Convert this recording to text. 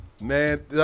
Man